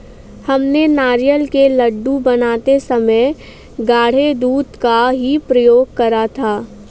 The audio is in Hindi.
हमने नारियल के लड्डू बनाते समय गाढ़े दूध का ही प्रयोग करा था